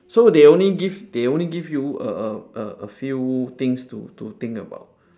so they only give they only give you a a a a few things to to think about